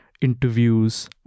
interviews